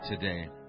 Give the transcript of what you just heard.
today